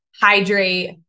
hydrate